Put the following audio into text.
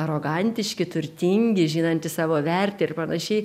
arogantiški turtingi žinantys savo vertę ir panašiai